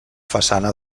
façana